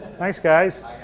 thanks guys.